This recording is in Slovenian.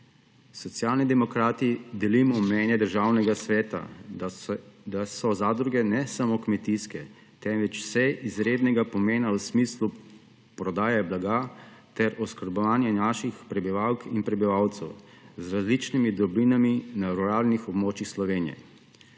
Socialni demokrati delimo mnenje Državnega sveta, da so zadruge ne samo kmetijske, temveč vse, izrednega pomena v smislu prodaje blaga ter oskrbovanja naših prebivalk in prebivalcev z različnimi dobrinami na ruralnih območjih Slovenije.